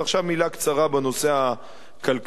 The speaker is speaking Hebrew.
מלה קצרה בנושא הכלכלי-חברתי,